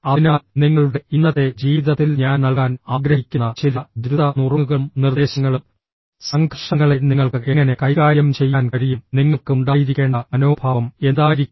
അതിനാൽ നിങ്ങളുടെ ഇന്നത്തെ ജീവിതത്തിൽ ഞാൻ നൽകാൻ ആഗ്രഹിക്കുന്ന ചില ദ്രുത നുറുങ്ങുകളും നിർദ്ദേശങ്ങളും സംഘർഷങ്ങളെ നിങ്ങൾക്ക് എങ്ങനെ കൈകാര്യം ചെയ്യാൻ കഴിയും നിങ്ങൾക്ക് ഉണ്ടായിരിക്കേണ്ട മനോഭാവം എന്തായിരിക്കണം